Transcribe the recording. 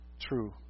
true